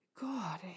God